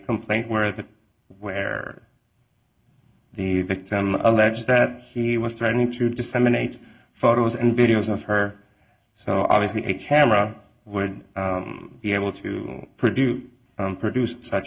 complaint where the where the victim alleged that he was threatening to disseminate photos and videos of her so obviously a camera would be able to produce produced such